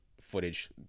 footage